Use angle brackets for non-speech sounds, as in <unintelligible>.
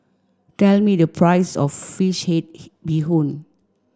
tell me the price of fish head <unintelligible> bee hoon